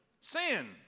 Sin